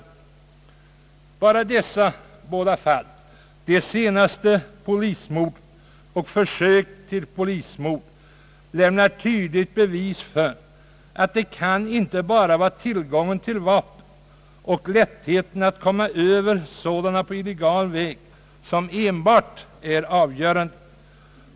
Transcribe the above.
Enbart dessa båda fall — de senaste polismorden och försöket till polismord — lämnar tydligt bevis för att det inte kan vara bara tillgången till vapen och lättheten att komma över sådana som är det avgörande.